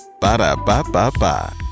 Ba-da-ba-ba-ba